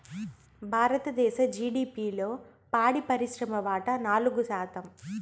భారతదేశ జిడిపిలో పాడి పరిశ్రమ వాటా నాలుగు శాతం